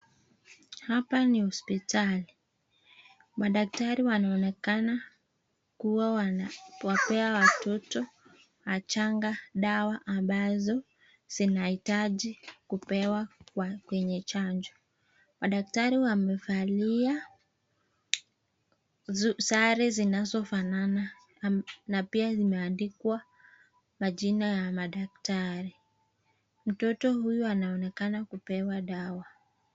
Hapa ni hospitali. Madaktari wanaonekana kuwa wanawapea watoto wachanga dawa ambazo zinahitaji kupewa kwenye chanjo. Madaktari wamevalia sare zinazofanana na pia zimeandikwa majina ya madaktari. Mtoto huyu anaonekana kupewa dawa.